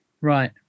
right